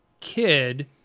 kid